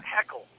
Heckle